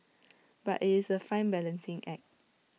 but IT is A fine balancing act